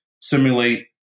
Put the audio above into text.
simulate